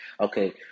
okay